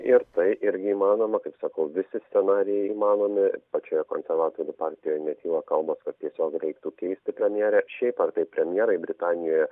ir tai irgi įmanoma kaip sakau visi scenarijai įmanomi pačioje konservatorių partijoje netyla kalbos kad tiesiog reiktų keisti premjerę šiaip ar taip premjerai britanijoje